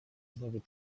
znowu